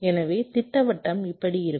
எனவே திட்டவட்டம் இப்படி இருக்கும்